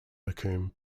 macomb